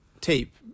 tape